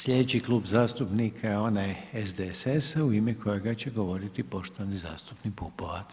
Slijedeći Klub zastupnika je onaj SDSS-a u ime kojega će govoriti poštovani zastupnik Pupovac.